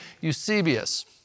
Eusebius